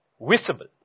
visible